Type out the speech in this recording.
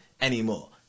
anymore